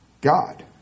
God